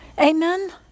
Amen